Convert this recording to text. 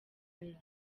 aya